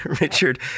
Richard